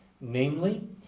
namely